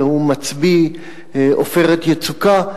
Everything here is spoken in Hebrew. והוא מצביא "עופרת יצוקה".